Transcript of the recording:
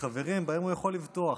לחברים שבהם הוא יכול לבטוח.